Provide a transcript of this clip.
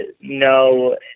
no